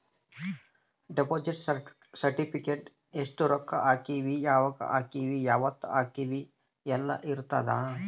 deposit certificate ಎಸ್ಟ ರೊಕ್ಕ ಹಾಕೀವಿ ಯಾವಾಗ ಹಾಕೀವಿ ಯಾವತ್ತ ಹಾಕೀವಿ ಯೆಲ್ಲ ಇರತದ